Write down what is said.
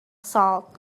salt